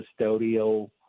custodial